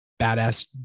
badass